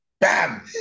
bam